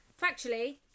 factually